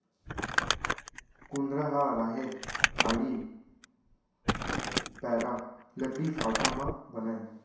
कुंदरा ह राहेर कांड़ी, पैरा, लकड़ी फाटा म बनय